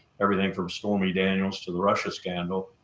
everything from stormy daniels to the russia scandal.